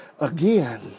Again